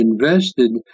invested